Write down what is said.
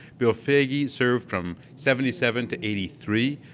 bill foege yeah served from seventy seven to eighty three,